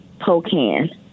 Pocan